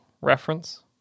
reference